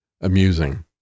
amusing